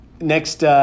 next –